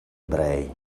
ebrei